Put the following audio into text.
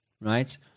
right